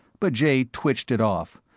but jay twitched it off,